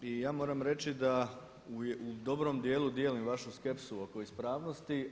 I ja moram reći da u dobrom dijelu dijelim vašu skepsu oko ispravnosti.